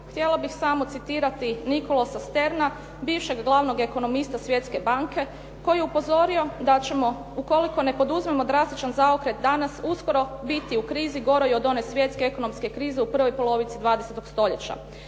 htjela bih samo citirati Nicholasa Sterna bivšeg glavnog ekonomista Svjetske banke koji je upozorio da ćemo ukoliko ne poduzmemo drastičan zaokret danas uskoro biti u krizi goroj od one svjetske ekonomske krize u prvoj polovici 20. stoljeća.